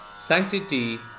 sanctity